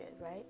right